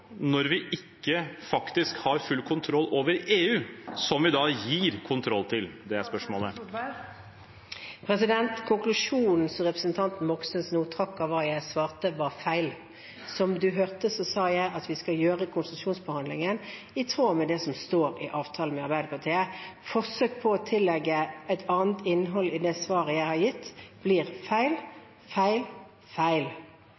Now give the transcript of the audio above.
vi ha full kontroll når vi faktisk ikke har full kontroll over EU, som vi da gir kontroll til? Det er spørsmålet. Konklusjonen som representanten Moxnes nå trakk av hva jeg svarte, var feil. Som han hørte, sa jeg at vi skal gjøre konsesjonsbehandlingen i tråd med det som står i avtalen med Arbeiderpartiet. Forsøk på å tillegge det svaret jeg har gitt, et annet innhold, blir feil, feil,